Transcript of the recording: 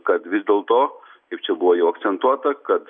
kad vis dėlto kaip čia buvo jau akcentuota kad